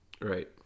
Right